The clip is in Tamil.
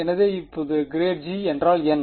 எனவே இப்போது ∇g என்றால் என்ன